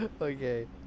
okay